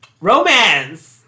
Romance